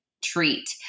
Treat